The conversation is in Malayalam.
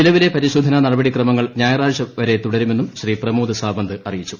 നിലവിലെ പരിശോധനാ നടപടിക്രമങ്ങൾ ഞായറാഴ്ചവരെ തുടരുമെന്നും ശ്രീ പ്രമോദ് സാവന്ത് അറിയിച്ചു